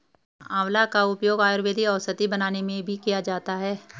आंवला का उपयोग आयुर्वेदिक औषधि बनाने में भी किया जाता है